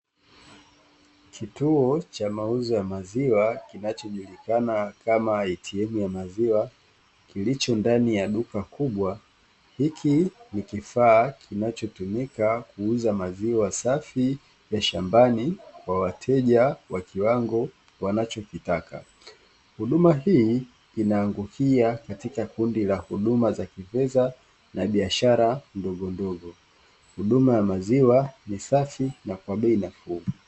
Kituo cha mauzo ya maziwa kinachojulikana kama "ATM" ya maziwa kilicho ndani ya duka kubwa, hiki ni kifaa kinachotumika kuuza maziwa safi ya shambani kwa wateja kwa kiwango wanachokitaka. Huduma hii inaangukia katika kundi la huduma za kifedha na biashara ndogondogo, huduma ya maziwa ni safi na kwa bei nafuu.